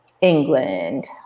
England